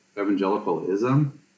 evangelicalism